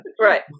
Right